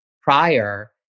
prior